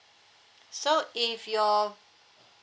so if your